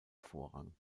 vorrang